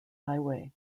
highway